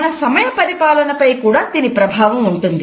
మన సమయ పరిపాలన పై కూడా దీని ప్రభావం ఉంటుంది